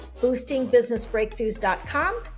BoostingBusinessBreakthroughs.com